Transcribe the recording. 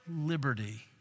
liberty